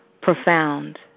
profound